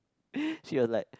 she was like